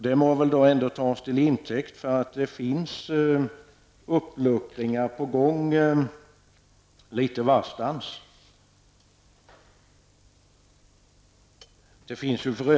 Det må väl ändå tas till inteckt för att en uppluckring är på gång litet varstans.